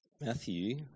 Matthew